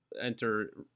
enter